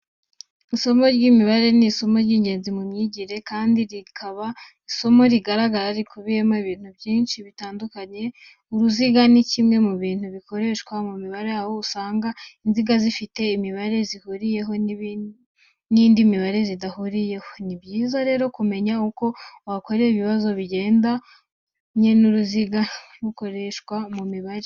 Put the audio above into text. Isomo ry'imibare ni isomo ry'ingenzi mu myigire, kandi rikaba isomo rigari rikubiyemo ibintu byinshi bitandukanye. Uruziga ni kimwe mu bintu bikoreshwa mu mibare, aho usanga inziga zifite imibare zihuriyeho n'indi mibare zidahuriyeho. Ni byiza rero kumenya uko wakora ibibazo bigendanye n'uruziga rukoreshwa mu mibare.